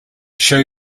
show